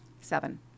seven